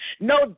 No